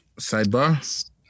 sidebar